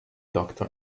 doctor